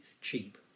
cheap